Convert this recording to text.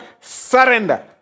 surrender